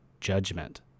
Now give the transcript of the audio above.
judgment